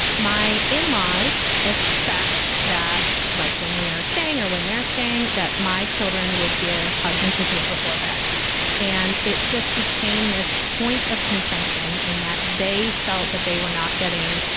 my in-laws expect that like when we are staying or when they're saying that my children would give hugs and kisses before bed and it just became this point of contention in that they felt that they were not getting,